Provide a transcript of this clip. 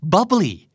Bubbly